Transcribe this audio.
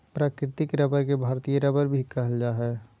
प्राकृतिक रबर के भारतीय रबर भी कहल जा हइ